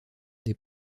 des